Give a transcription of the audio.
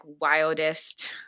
wildest